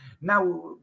Now